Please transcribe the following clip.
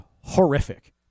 horrific